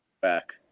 back